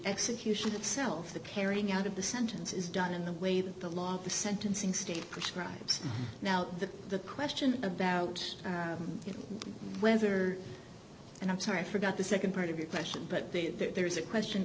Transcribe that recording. execution itself the caring out of the sentence is done in the way that the law of the sentencing state prescribes now the the question about it whether and i'm sorry forgot the nd part of your question but they it there's a question